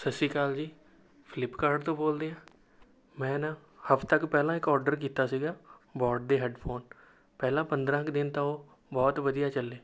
ਸਤਿ ਸ਼੍ਰੀ ਅਕਾਲ ਜੀ ਫਲਿੱਪਕਾਰਟ ਤੋਂ ਬੋਲਦੇ ਹੈ ਮੈਂ ਨਾਂ ਹਫਤਾ ਕੁ ਪਹਿਲਾਂ ਇੱਕ ਓਡਰ ਕੀਤਾ ਸੀਗਾ ਬੋਟ ਦੇ ਹੈੱਡਫੋਨ ਪਹਿਲਾਂ ਪੰਦਰਾ ਕ ਦਿਨ ਤਾਂ ਉਹ ਬਹੁਤ ਵਧੀਆ ਚੱਲੇ